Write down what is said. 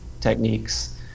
techniques